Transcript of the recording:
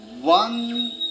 one